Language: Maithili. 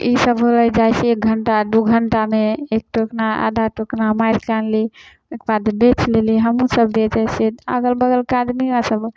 ईसब होलै जाहिसँ एक घण्टा दुइ घण्टामे एक टोकना आधा टोकना मारिकऽ अनली ओहिके बाद बेचि लेली हमहूँसभ बेचै छिए अगल बगलके आदमिओसभ